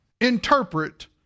interpret